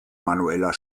manueller